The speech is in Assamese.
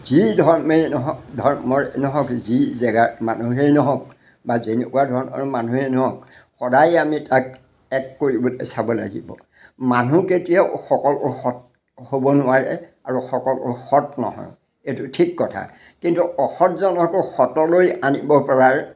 যি ধৰ্মেই নহওক ধৰ্মৰে নহওক যি জেগা মানুহেই নহওক বা যেনেকুৱা ধৰণৰ মানুহেই নহওক সদায় আমি তাক এক কৰিবলৈ চাব লাগিব মানুহ কেতিয়াও সকলো সৎ হ'ব নোৱাৰে আৰু সকলো সৎ নহয় এইটো ঠিক কথা কিন্তু অসৎজনকো সৎলৈ আনিব পৰাৰ